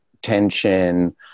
tension